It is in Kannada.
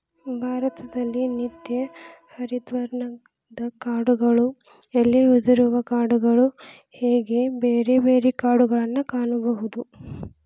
ಭಾರತದಲ್ಲಿ ನಿತ್ಯ ಹರಿದ್ವರ್ಣದ ಕಾಡುಗಳು ಎಲೆ ಉದುರುವ ಕಾಡುಗಳು ಹೇಗೆ ಬೇರೆ ಬೇರೆ ಕಾಡುಗಳನ್ನಾ ಕಾಣಬಹುದು